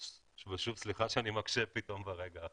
שוב, סליחה שאני מקשה ברגע האחרון.